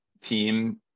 team